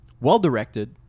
well-directed